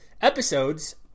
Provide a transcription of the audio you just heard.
episodes